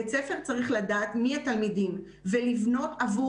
בית ספר צריך לדעת מי התלמידים ולבנות עבור